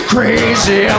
Crazy